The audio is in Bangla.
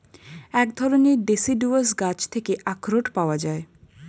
এক ধরণের ডেসিডুয়াস গাছ থেকে আখরোট পাওয়া যায়